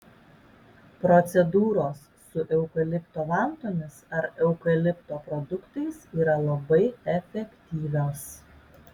procedūros su eukalipto vantomis ar eukalipto produktais yra labai efektyvios